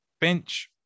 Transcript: bench